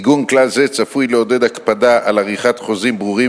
עיגון כלל זה צפוי לעודד הקפדה על עריכת חוזים ברורים